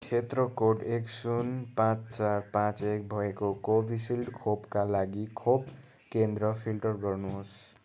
क्षेत्र कोड एक शून्य पाँच चार पाँच एक भएको कोभिसिल्ड खोपका लागि खोप केन्द्र फिल्टर गर्नुहोस्